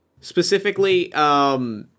Specifically